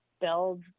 build